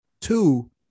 Two